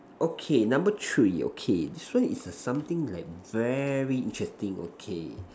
okay number three okay this one is uh something like very interesting okay